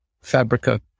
Fabrica